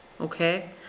okay